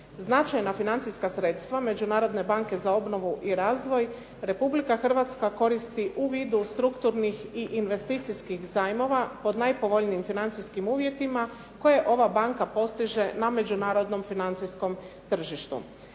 Značajna financijska sredstva Međunarodne banke za obnovu i razvoj Republika Hrvatska koristi u vidu strukturnih i investicijskih zajmova pod najpovoljnijim financijskim uvjetima koje ova banka postiže na međunarodnom financijskom tržištu.